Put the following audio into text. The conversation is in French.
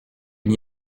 n’y